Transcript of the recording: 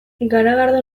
garagardo